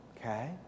Okay